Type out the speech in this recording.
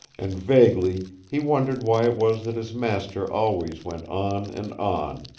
and vaguely he wondered why it was that his master always went on and on,